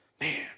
man